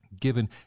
given